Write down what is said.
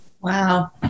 Wow